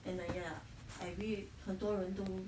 and err ya I agree 很多人都